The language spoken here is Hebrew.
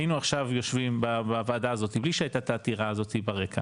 היינו עכשיו יושבים בוועדה הזאת מבלי שהייתה עתירה הזאת ברקע